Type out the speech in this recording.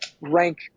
rank